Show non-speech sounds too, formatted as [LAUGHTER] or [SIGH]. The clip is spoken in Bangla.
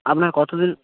আপনার কত [UNINTELLIGIBLE]